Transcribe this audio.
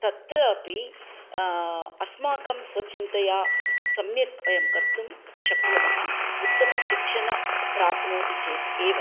तत्र अपि अस्माकं स्वचिन्तया सम्यक् वयं कर्तुं शक्नुमः उत्तमशिक्षणं प्राप्नोति चेत् एव